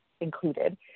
included